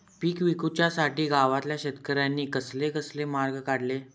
पीक विकुच्यासाठी गावातल्या शेतकऱ्यांनी कसले कसले मार्ग काढले?